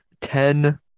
ten